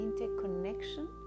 interconnection